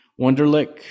Wunderlich